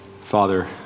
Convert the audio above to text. Father